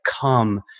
come